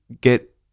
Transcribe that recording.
get